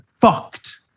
fucked